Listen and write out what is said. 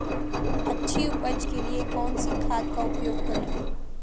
अच्छी उपज के लिए कौनसी खाद का उपयोग करूं?